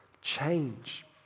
change